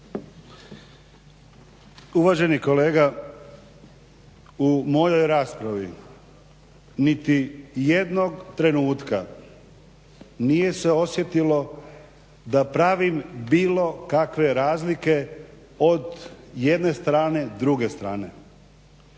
Uvaženi kolega u mojoj raspravi niti jednog trenutka nije se osjetilo da pravim bilo kakve razlike od jedne strane druge strane.